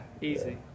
easy